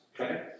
okay